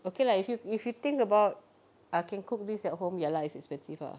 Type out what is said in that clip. okay lah if you if you think about I can cook this at home ya lah it's expensive ah